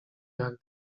jak